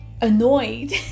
annoyed